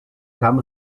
kam